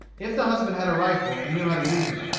if the husband had a rifle and knew how to use it.